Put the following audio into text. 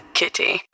kitty